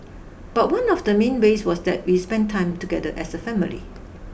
but one of the main ways was that we spent time together as a family